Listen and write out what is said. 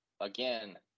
again